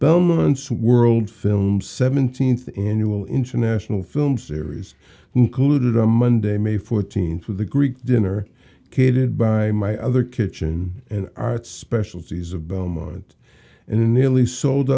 belmont's world film seventeenth annual international film series included on monday may fourteenth with a greek dinner kidded by my other kitchen and arts specialties of belmont in a nearly sold